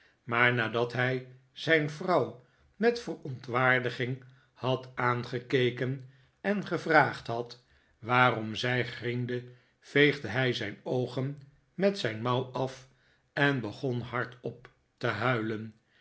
maar nadat hij zijn vrouw met verontwaardiging had aangekeken en gevraagd had waarom zij griende veegde hij zijn oogen met zijn mouw af en begon hardop te huilen